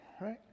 right